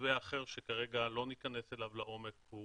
מתווה אחר שכרגע לא ניכנס אליו לעומק הוא